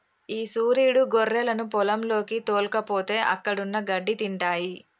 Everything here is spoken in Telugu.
ఈ సురీడు గొర్రెలను పొలంలోకి తోల్కపోతే అక్కడున్న గడ్డి తింటాయి